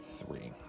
three